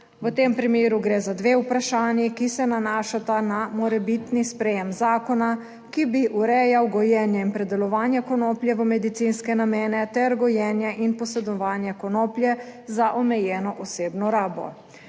v tem primeru gre za dve vprašanji, ki se nanašata na morebitni sprejem zakona, ki bi urejal gojenje in predelovanje konoplje v medicinske namene ter gojenje in posedovanje konoplje za omejeno osebno rabo.